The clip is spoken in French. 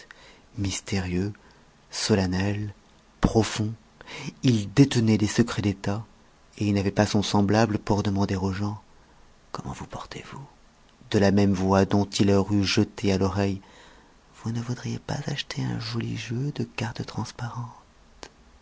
mystérieux solennel profond il détenait des secrets d'état et il n'avait pas son semblable pour demander aux gens comment vous portez-vous de la même voix dont il leur eût jeté à l'oreille vous ne voudriez pas acheter un joli jeu de cartes transparentes